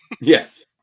Yes